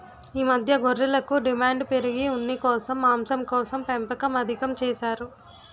ఈ మధ్య గొర్రెలకు డిమాండు పెరిగి ఉన్నికోసం, మాంసంకోసం పెంపకం అధికం చేసారు